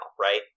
right